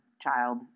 child